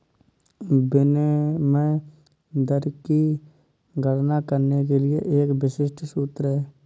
विनिमय दर की गणना करने के लिए एक विशिष्ट सूत्र है